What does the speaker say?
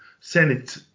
Senate